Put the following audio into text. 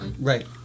Right